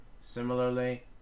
Similarly